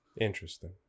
Interesting